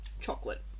chocolate